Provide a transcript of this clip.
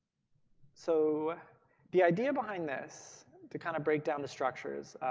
so the idea behind this to kind of break down the structures.